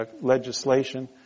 legislation –